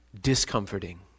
discomforting